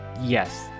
Yes